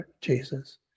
Jesus